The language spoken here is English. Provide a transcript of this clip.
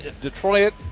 Detroit